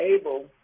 able